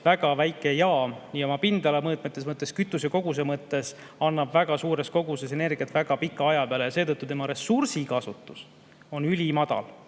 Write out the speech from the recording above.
väga väike jaam nii pindala mõttes kui ka kütuse koguse mõttes annab väga suures koguses energiat väga pika aja peale ja seetõttu tema ressursikasutus on ülimadal.